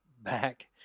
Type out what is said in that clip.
back